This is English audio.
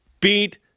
Beat